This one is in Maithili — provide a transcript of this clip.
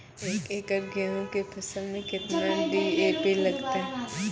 एक एकरऽ गेहूँ के फसल मे केतना डी.ए.पी लगतै?